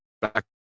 back